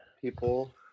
people